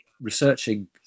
Researching